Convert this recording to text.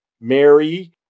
Mary